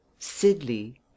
Sidley